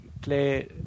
play